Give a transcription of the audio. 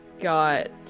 got